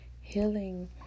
healing